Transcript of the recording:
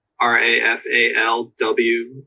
rafalw